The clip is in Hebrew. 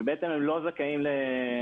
ובעצם הם לא זכאים למתווה.